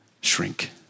shrink